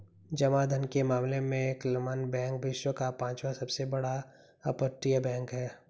जमा धन के मामले में क्लमन बैंक विश्व का पांचवा सबसे बड़ा अपतटीय बैंक है